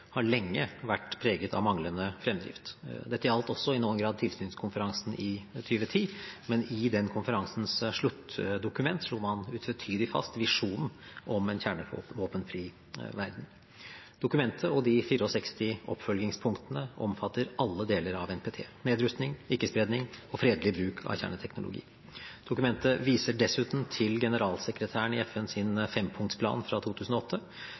har lenge vært preget av manglende fremdrift. Dette gjaldt i noen grad også tilsynskonferansen i 2010, men i den konferansens sluttdokument slo man utvetydig fast visjonen om en kjernevåpenfri verden. Dokumentet og de 64 oppfølgingspunktene omfatter alle deler av NPT: nedrustning, ikke-spredning og fredelig bruk av kjerneteknologi. Dokumentet viser dessuten til generalsekretæren i FNs fempunktsplan fra 2008,